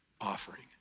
offering